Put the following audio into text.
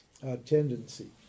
tendency